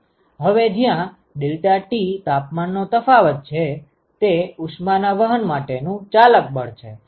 હવે જ્યાં ∆T તાપમાનનો તફાવત છે તે ઉષ્મા ના વહન માટેનું ચાલક બળ છે